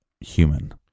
human